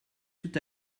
tout